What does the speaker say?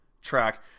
track